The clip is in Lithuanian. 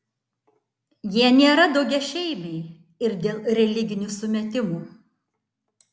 jie nėra daugiašeimiai ir dėl religinių sumetimų